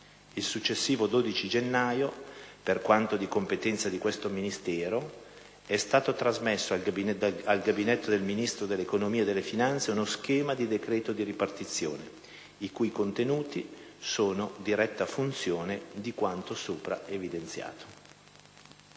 Il successivo 12 gennaio, per quanto di competenza di questo Ministero, è stato trasmesso al Gabinetto del Ministro dell'economia e delle finanze uno schema di decreto di ripartizione, i cui contenuti sono diretta funzione di quanto sopra evidenziato.